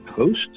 host